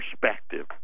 perspective